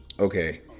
Okay